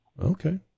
Okay